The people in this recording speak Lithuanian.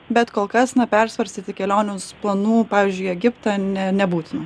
bet kol kas na persvarstyti kelionės planų pavyzdžiui į egiptą ne nebūtina